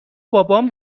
بابام